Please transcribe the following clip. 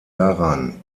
daran